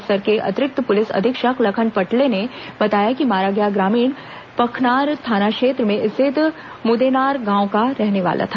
बस्तर के अतिरिक्त पुलिस अधीक्षक लखन पटले ने बताया कि मारा गया ग्रामीण पखनार थाना क्षेत्र में स्थित मुदेनार गांव का रहने वाला था